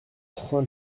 saint